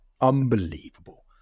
unbelievable